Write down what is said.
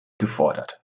gefordert